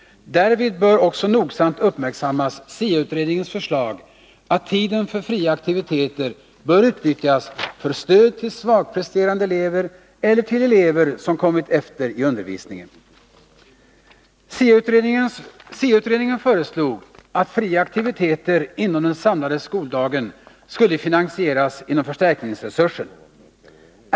Därvid bör också nogsamt uppmärksammas SIA-utredningens förslag att tiden för fria aktiviteter bör utnyttjas för stöd till svagpresterande elever eller till elever som kommit efter i undervisningen. SIA-utredningen föreslog att fria aktiviteter inom den samlade skoldagen skulle finansieras inom förstärkningsresursen.